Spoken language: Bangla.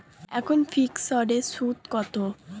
এখন ফিকসড এর সুদ কত?